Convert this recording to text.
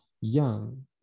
young